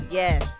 yes